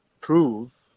prove